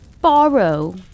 borrow